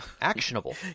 actionable